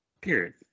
Period